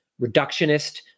reductionist